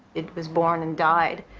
it was born and died.